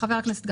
חבר הכנסת גפני,